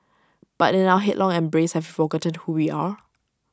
but in our headlong embrace have forgotten who we are